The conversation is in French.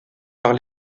par